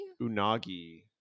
unagi